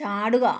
ചാടുക